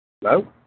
Hello